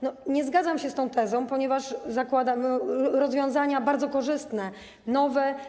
Nie zgadzam się z tą tezą, ponieważ zakłada się rozwiązania bardzo korzystne, nowe.